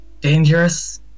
dangerous